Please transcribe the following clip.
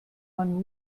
man